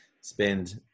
spend